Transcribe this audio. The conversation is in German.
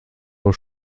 auch